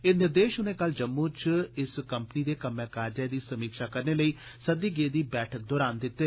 एह निर्देश उनें कल जम्मू च इस कम्पनी दे कम्मै काजै दी समीक्षी करने लेई सद्दी गेदी बैठका दौरान दिते